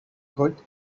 good